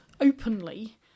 openly